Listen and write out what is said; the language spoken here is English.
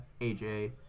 AJ